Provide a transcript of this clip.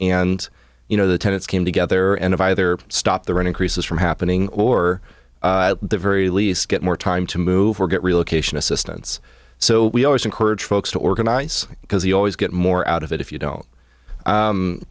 and you know the tenants came together and either stop the run increases from happening or the very least get more time to move or get relocation assistance so we always encourage folks to organize because you always get more out of it if you don't